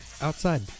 outside